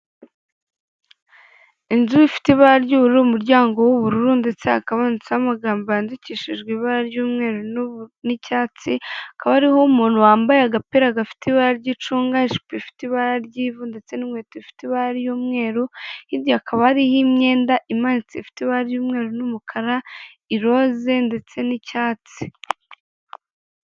Inzu ifite ibara ry'ubururu, umuryango w'ubururu ndetse hakaba handitseho amagambo yandikishijwe ibara ry'umweru n'icyatsi hakaba hariho umuntu wambaye agapira gafite ibara ry'icunga gafite ibara ry'ivu ndetse n'inkweto ifite ibara ry'umweru, hirya hakaba hari yo imyenda imanitse ifite ibara ry'umweru n'umukara, iroze ndetse n'icyatsi.